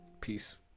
Peace